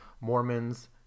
Mormons